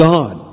God